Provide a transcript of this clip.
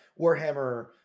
Warhammer